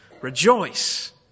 Rejoice